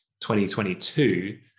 2022